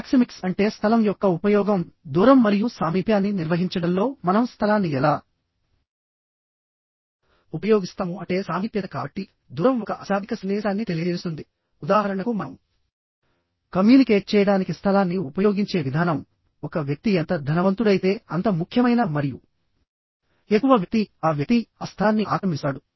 proxemics అంటే స్థలం యొక్క ఉపయోగం దూరం మరియు సామీప్యాన్ని నిర్వహించడంలో మనం స్థలాన్ని ఎలా ఉపయోగిస్తాము అంటే సామీప్యత కాబట్టి దూరం ఒక అశాబ్దిక సందేశాన్ని తెలియజేస్తుంది ఉదాహరణకు మనం కమ్యూనికేట్ చేయడానికి స్థలాన్ని ఉపయోగించే విధానం ఒక వ్యక్తి ఎంత ధనవంతుడైతే అంత ముఖ్యమైన మరియు ఎక్కువ వ్యక్తి ఆ వ్యక్తి ఆ స్థలాన్ని ఆక్రమిస్తాడు